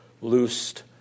loosed